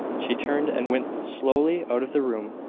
she turned, and went slowly out of the room.